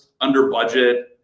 under-budget